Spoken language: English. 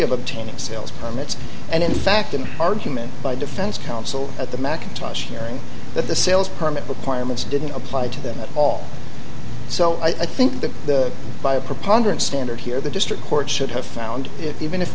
of obtaining sales permits and in fact an argument by defense counsel at the macintosh hearing that the sales permit requirements didn't apply to them at all so i think that the by a preponderance standard here the district court should have found it even if